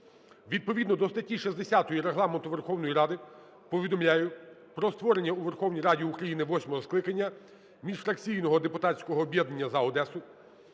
Відповідно до статті 60 Регламенту Верховної Ради повідомляю про створення у Верховній Раді України восьмого скликання міжфракційного депутатського об'єднання "За Одесу".